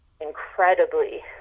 incredibly